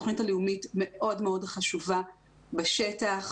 התוכנית הלאומית מאוד מאוד חשובה בשטח,